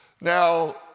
Now